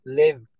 live